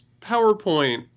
powerpoint